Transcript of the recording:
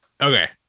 Okay